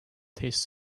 taste